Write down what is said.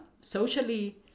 socially